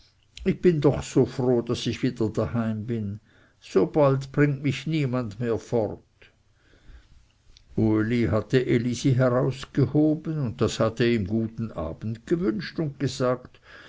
ich bin doch so froh daß ich wieder daheim bin so bald bringt mich niemand mehr fort uli hatte elisi herausgehoben und das hatte ihm guten abend gewünscht und gesagt